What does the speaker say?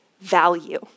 value